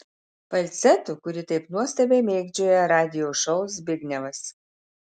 falcetu kurį taip nuostabiai mėgdžioja radijo šou zbignevas